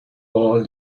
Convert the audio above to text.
all